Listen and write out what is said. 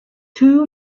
two